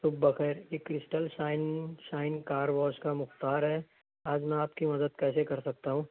صبح بخیر یہ crystal shine shine car wash کا مختار ہے آج میں آپ کی مدد کیسے کر سکتا ہوں